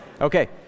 Okay